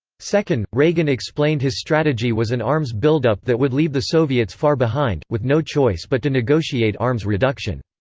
second, reagan explained his strategy was an arms buildup that would leave the soviets far behind, with no choice but to negotiate arms reduction.